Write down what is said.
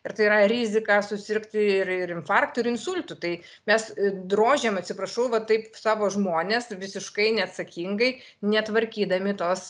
ir tai yra rizika susirgti ir ir infarktu ir insultu tai mes drožiam atsiprašau va taip savo žmones visiškai neatsakingai netvarkydami tos